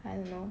I don't know